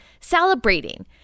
celebrating